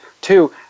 Two